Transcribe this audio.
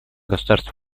государства